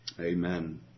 Amen